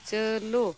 ᱪᱟᱹᱞᱩ